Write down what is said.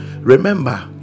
remember